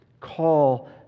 call